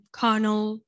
carnal